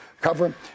cover